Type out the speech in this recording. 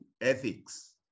ethics